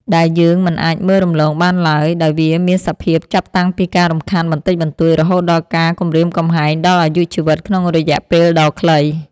ដែលយើងមិនអាចមើលរំលងបានឡើយ ដោយវាមានសភាពចាប់តាំងពីការរំខានបន្តិចបន្តួច រហូតដល់ការគំរាមកំហែងដល់អាយុជីវិតក្នុងរយៈពេលដ៏ខ្លី។